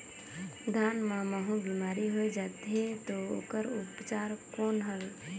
धान मां महू बीमारी होय जाथे तो ओकर उपचार कौन हवे?